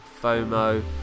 FOMO